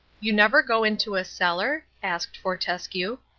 you never go into a cellar? asked fortescue.